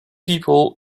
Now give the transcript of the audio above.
people